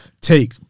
take